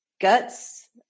guts